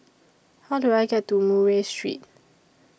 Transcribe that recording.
How Do I get to Murray Street